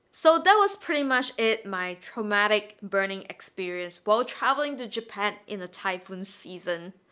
so that was pretty much it. my traumatic burning experience while traveling to japan in a typhoon season.